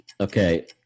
Okay